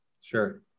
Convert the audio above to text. Sure